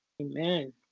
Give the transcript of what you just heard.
Amen